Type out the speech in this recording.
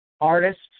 artists